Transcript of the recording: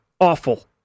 Awful